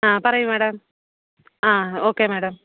ആ പറയൂ മേടം ആ ഓക്കെ മേടം